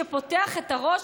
שפותח את הראש?